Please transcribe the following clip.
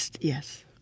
yes